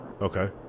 Okay